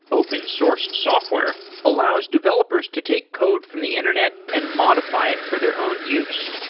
open source software allows developers to take code from the internet and modify it for their own use.